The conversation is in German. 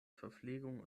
verpflegung